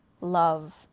love